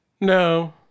No